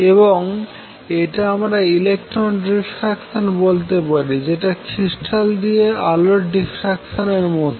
এবং এটা আমরা ইলেকট্রন ডিফ্রাক্টাশন বলতে পারি যেটা ক্রিস্টাল দিয়ে আলোর ডিফ্রাক্টাশন এর মতো